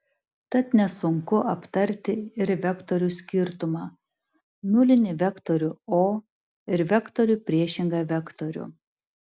tad nesunku aptarti ir vektorių skirtumą nulinį vektorių o ir vektoriui priešingą vektorių